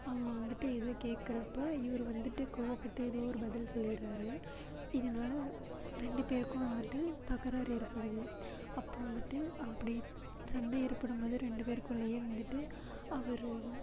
அவங்க வந்துட்டு ஏதோ கேட்கறப்ப இவரு வந்துட்டு கோவப்பட்டு ஏதோ ஒரு பதில் சொல்லிடுறாரு இதனால ரெண்டு பேருக்கும் வந்துட்டு தகராறு ஏற்படுது அப்போ வந்துட்டு அப்படி சண்டை ஏற்படும்போது ரெண்டு பேருக்குள்ளையும் வந்துட்டு அவர்